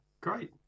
great